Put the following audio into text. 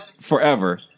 forever